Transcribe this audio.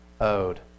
owed